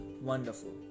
wonderful